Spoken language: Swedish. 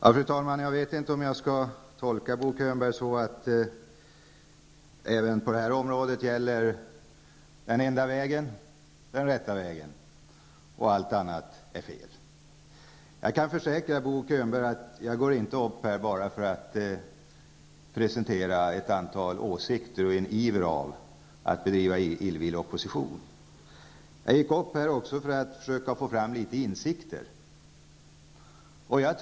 Fru talman! Jag vet inte om jag skall tolka Bo Könberg så att det även på det här området är den enda vägen, den rätta vägen, som gäller och allt annat är fel. Jag kan försäkra Bo Könberg att jag inte går upp här bara för att presentera ett antal åsikter, i en iver att driva illvillig opposition. Jag gick upp för att be om insikter.